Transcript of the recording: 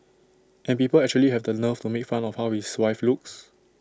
and people actually have the nerve to make fun of how his wife looks